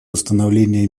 установления